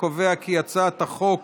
אני קובע כי הצעת החוק